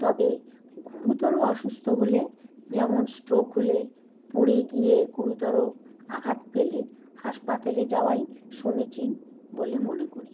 তবে গুরুতর অসুস্থ হলে যেমন স্ট্রোক হলে পড়ে গিয়ে গুরুতর আঘাত পেলে হাসপাতালে যাওয়াই সমীচীন বলে মনে করি